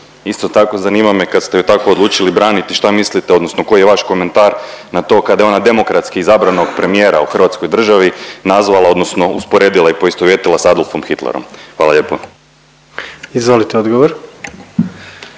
Isto tako zanima me kad ste ju tako odlučili braniti šta mislite odnosno koji je vaš komentar na to kada je ona demokratski izabranog premijer u Hrvatskoj državi nazvala odnosno usporedila i poistovjetila sa Adolfom Hitlerom? Hvala lijepa. **Jandroković,